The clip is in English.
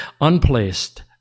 unplaced